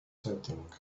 setting